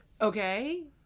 Okay